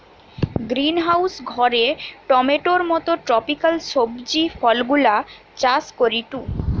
greenhouse ঘরে টমেটোর মত ট্রপিকাল সবজি ফলগুলা চাষ করিটু